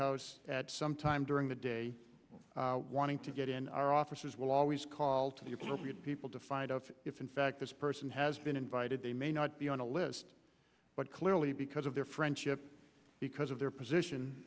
house sometime during the day wanting to get in our offices will always call to the appropriate people to find out if in fact this person has been invited they may not be on the list but clearly because of their friendship because of their position